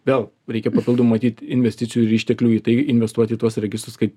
vėl reikia papildomų matyt investicijų ir išteklių į tai investuot į tuos registrus kaip